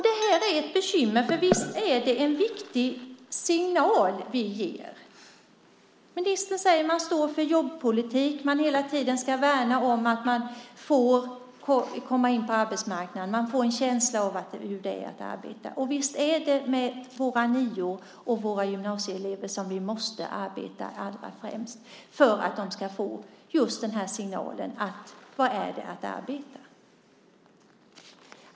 Det här är ett bekymmer, för visst är det en viktig signal vi ger. Ministern säger att regeringen står för jobbpolitik, att den hela tiden ska värna om att man får komma in på arbetsmarknaden, att man får en känsla av hur det är att arbeta. Och visst är det med våra nior och våra gymnasieelever som vi måste arbeta allra främst för att de ska få just den här signalen om vad det är att arbeta.